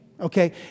okay